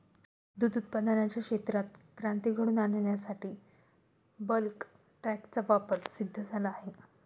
दूध उत्पादनाच्या क्षेत्रात क्रांती घडवून आणण्यासाठी बल्क टँकचा वापर सिद्ध झाला आहे